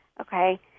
okay